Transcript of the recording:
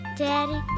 Daddy